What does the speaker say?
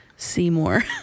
Seymour